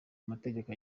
amategeko